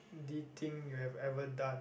thing you have ever done